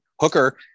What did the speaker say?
hooker